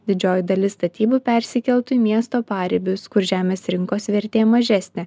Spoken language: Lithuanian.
didžioji dalis statybų persikeltų į miesto paribius kur žemės rinkos vertė mažesnė